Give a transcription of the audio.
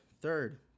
third